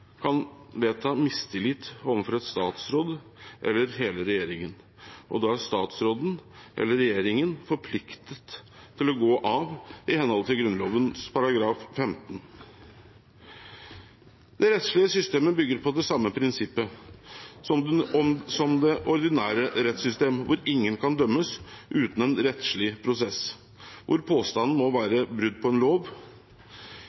kan vedta mistillit overfor en statsråd eller hele regjeringen, og da er statsråden eller regjeringen forpliktet til å gå av i henhold til Grunnloven § 15. Det rettslige systemet bygger på det samme prinsippet som det ordinære rettssystemet, hvor ingen kan dømmes uten en rettslig prosess, hvor påstanden må